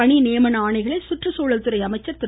பணிநியமன ஆணைகளை சுற்றுச்சூழல்துறை அமைச்சர் திரு